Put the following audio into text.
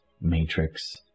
matrix